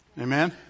Amen